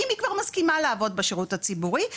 אם היא כבר מסכימה לעבוד בשירות הציבורי.